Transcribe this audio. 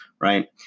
Right